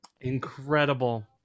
incredible